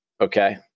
Okay